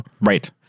Right